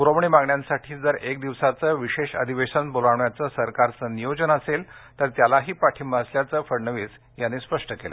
पुरवणी मागण्यांसाठी जर एक दिवसाचं विशेष अधिवेशन बोलवण्याचं सरकराचं नियोजन असेल तर त्यालाही पाठिंबा असल्याचं फडणवीस यांनी स्पष्ट केलं